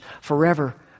forever